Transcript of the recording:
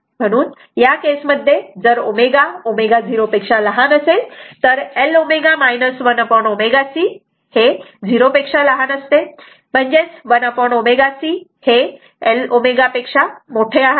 म्हणून या केस मध्ये जर ω ω0 असेल तर L ω 1ω C 0 असते म्हणजेच 1ω C L ω असते